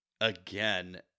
again